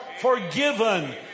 forgiven